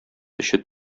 төче